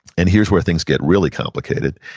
and here's where things get really complicated,